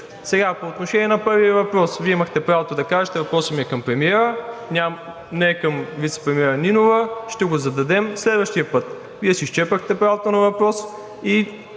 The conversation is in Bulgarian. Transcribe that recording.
Сега по отношение на първия въпрос, Вие имахте правото да кажете – въпросът ми е към премиера, не към вицепремиера Нинова, ще го зададем следващия път. Вие си изчерпахте правото на въпрос и